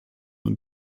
und